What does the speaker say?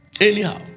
Anyhow